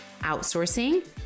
outsourcing